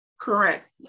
Correct